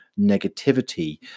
negativity